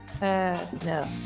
no